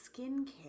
skincare